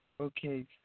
Okay